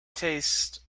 tastes